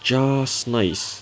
just nice